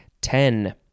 Ten